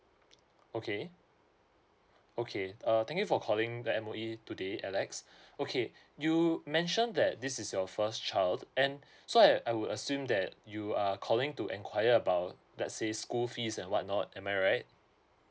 okay okay uh thank you for calling the M_O_E today alex okay you mention that this is your first child and so I I would assume that you are calling to enquire about let's say school fees and whatnot am I right